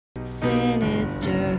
Sinister